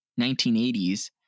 1980s